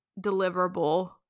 deliverable